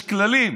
יש כללים,